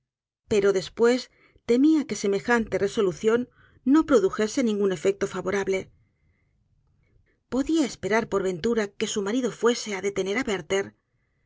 pero después temia que semejante resolución no produjese ningun efecto favorable podía esperar por ventura que su marido fuese á detener á werther